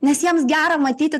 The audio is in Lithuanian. nes jiems gera matyti